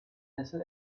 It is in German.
sessel